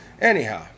anyhow